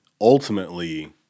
Ultimately